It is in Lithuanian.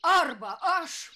arba aš